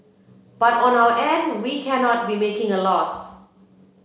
but on our end we cannot be making a loss